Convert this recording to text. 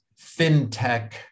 fintech